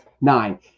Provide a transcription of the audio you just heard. nine